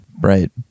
Right